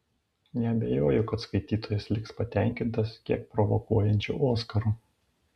neabejoju kad skaitytojas liks patenkintas kiek provokuojančiu oskaru